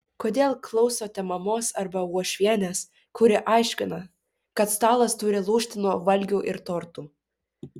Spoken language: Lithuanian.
kodėl klausote mamos arba uošvienės kuri aiškina kad stalas turi lūžti nuo valgių ir tortų